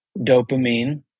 dopamine